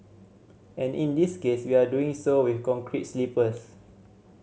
and in this case we are doing so with concrete sleepers